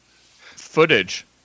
footage